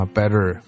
better